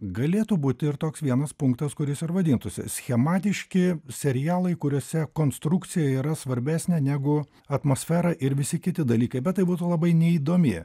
galėtų būti ir toks vienas punktas kuris ir vadintųsi schematiški serialai kuriuose konstrukcija yra svarbesnė negu atmosfera ir visi kiti dalykai bet tai būtų labai neįdomi